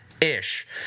ish